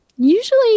Usually